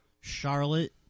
Charlotte